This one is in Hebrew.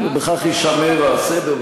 --- ובכך יישמר הסדר.